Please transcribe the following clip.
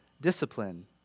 discipline